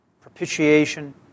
propitiation